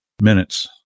minutes